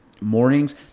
mornings